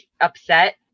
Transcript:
upset